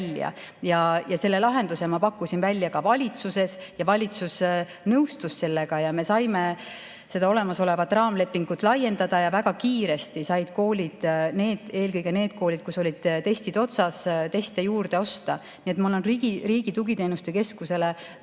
Selle lahenduse ma pakkusin välja ka valitsuses ja valitsus nõustus sellega. Me saime seda olemasolevat raamlepingut laiendada ja väga kiiresti said koolid, eelkõige need koolid, kus olid testid otsas, teste juurde osta. Nii et ma olen Riigi Tugiteenuste Keskusele